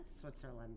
Switzerland